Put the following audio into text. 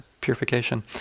purification